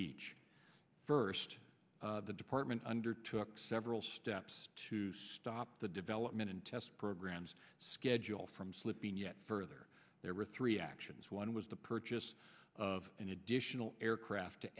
each first the department undertook several steps to stop the development and test programs schedule from slipping yet further there were three actions one was the purchase of an additional aircraft to